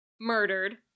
Murdered